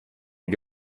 gli